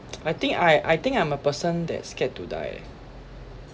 I think I I think I'm a person that's scared to die